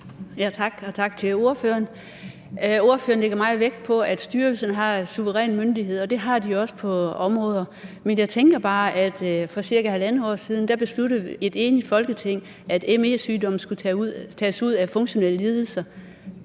Tak, og tak til ordføreren. Ordføreren lægger meget vægt på, at styrelsen har suveræn myndighed. Det har de også på nogle områder. Men for cirka halvandet år siden besluttede et enigt Folketing, at me-sygdomme skulle tages ud af funktionelle lidelser